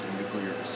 nuclear